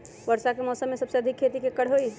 वर्षा के मौसम में सबसे अधिक खेती केकर होई?